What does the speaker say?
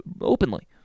openly